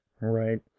right